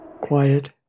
Quiet